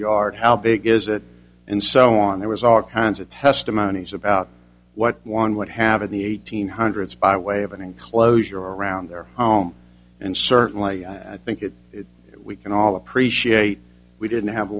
yard how big is it and so on there was all kinds of testimonies about what one would have in the eighteen hundreds by way of an enclosure around their home and certainly i think it we can all appreciate we didn't have